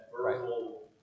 verbal